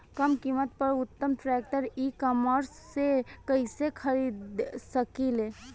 कम कीमत पर उत्तम ट्रैक्टर ई कॉमर्स से कइसे खरीद सकिले?